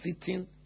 sitting